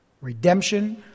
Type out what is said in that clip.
Redemption